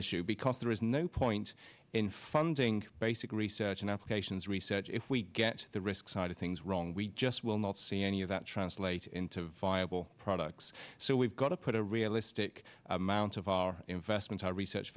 issue because there is no point in funding basic research and applications research if we get the risk side of things wrong we just will not see any of that translated into viable products so we've got to put a realistic amount of our investment our research